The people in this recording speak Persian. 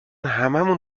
هممون